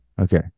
Okay